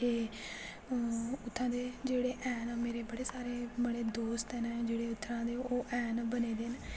ते अ उत्थे दे जेह्ड़े हैन मेरे बड़े सारे बड़े दोस्त न जेह्ड़े उत्थै दे ओह् हैन बने दे न